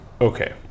Okay